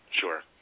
Sure